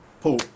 Paul